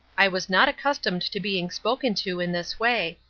i was not accustomed to being spoken to in this way,